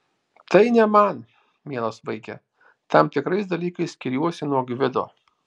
tai ne man mielas vaike tam tikrais dalykais skiriuosi nuo gvido